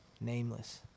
Nameless